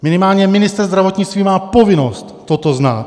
Minimálně ministr zdravotnictví má povinnost toto znát.